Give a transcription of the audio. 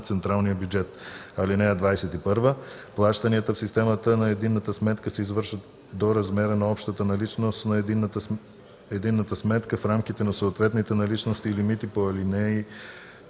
централния бюджет. (21) Плащанията в системата на единната сметка се извършват до размера на общата наличност на единната сметка в рамките на съответните наличности и лимити по ал.